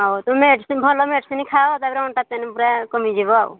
ହଉ ମେଡ଼ିସିନ୍ ଭଲ ମେଡ଼ିସିନ୍ ଖାଅ ତାପରେ ଅଣ୍ଟା ପେନ୍ ପୁରା କମିଯିବ ଆଉ